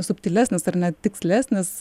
subtilesnis ar net tikslesnis